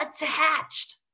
attached